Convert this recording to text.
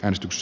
äänestys